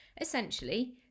Essentially